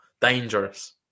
Dangerous